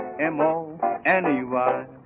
M-O-N-E-Y